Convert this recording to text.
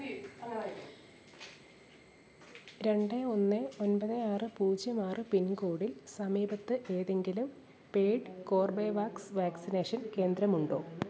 രണ്ട് ഒന്ന് ഒൻപത് ആറ് പൂജ്യം ആറ് പിൻ കോഡിൽ സമീപത്ത് ഏതെങ്കിലും പേയ്ഡ് കോർബേവാക്സ് വാക്സിനേഷൻ കേന്ദ്രമുണ്ടോ